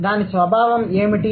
దాని స్వభావం ఏమిటి